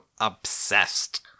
obsessed